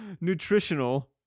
Nutritional